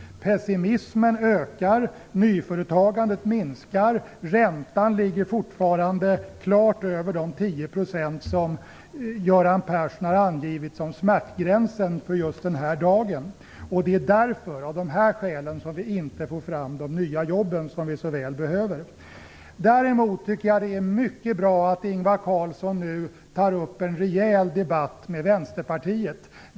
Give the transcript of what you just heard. Pessimismen ökar, nyföretagandet minskar, räntan ligger fortfarande klart över de 10 % som Göran Persson har angivit som smärtgränsen för just den här dagen. Det är av dessa skäl vi inte får fram de nya jobb som vi så väl behöver. Däremot tycker jag att det är mycket bra att Ingvar Carlsson nu tar en rejäl debatt med Vänsterpartiet.